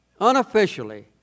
unofficially